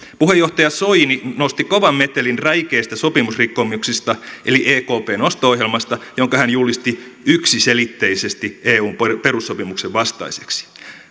puheenjohtaja soini nosti kovan metelin räikeistä sopimusrikkomuksista eli ekpn osto ohjelmasta jonka hän julisti yksiselitteisesti eun perussopimuksen vastaiseksi